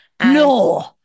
No